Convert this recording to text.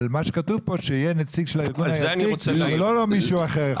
נציג של הארגון ולא מישהו אחר.